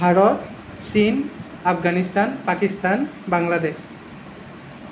ভাৰত চীন আফগানিস্তান পাকিস্তান বাংলাদেশ